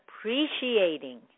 appreciating